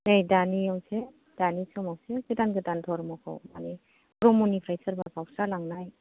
नै दानि समावसो गोदान गोदान धोरोमखौ माने ब्रम्हनिफ्राय सोरबा गावस्रा लांनाय